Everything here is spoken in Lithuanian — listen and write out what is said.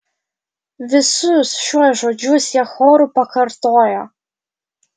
visus šiuos žodžius jie choru pakartojo